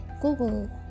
Google